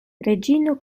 reĝino